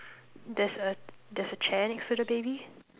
there's a there's a chair next to the baby